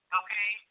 okay